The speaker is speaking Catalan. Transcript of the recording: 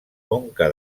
conca